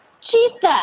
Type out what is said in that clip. Jesus